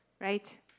right